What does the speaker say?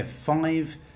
five